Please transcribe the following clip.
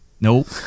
Nope